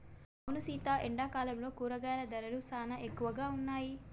అవును సీత ఎండాకాలంలో కూరగాయల ధరలు సానా ఎక్కువగా ఉన్నాయి